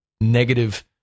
negative